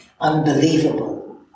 unbelievable